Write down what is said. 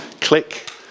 click